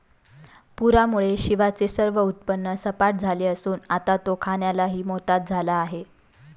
पूरामुळे शिवाचे सर्व उत्पन्न सपाट झाले असून आता तो खाण्यालाही मोताद झाला आहे